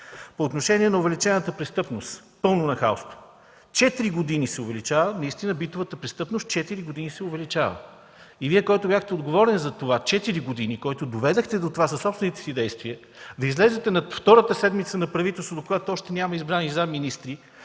По отношение на увеличената престъпност – пълно нахалство! Четири години се увеличава. Наистина битовата престъпност четири години се увеличава. И Вие, който бяхте отговорен за това четири години, който доведохте до това със собствените си действия, да излезете на втората седмица на правителството, когато още няма избрани заместник-министри